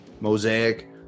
mosaic